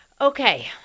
Okay